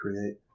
create